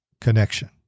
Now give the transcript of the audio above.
connection